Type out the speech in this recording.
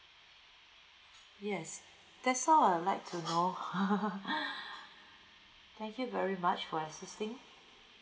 yes that's all I'd like to know thank you very much for assisting